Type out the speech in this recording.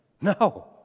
No